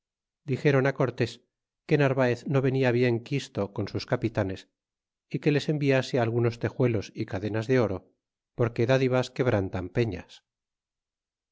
dixéron á cortés que narvaez no venia bien quisto con sus capitanes y que les enviase algunos tejuelos y cadenas de oro porque dádivas quebrantan peñas